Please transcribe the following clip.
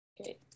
Okay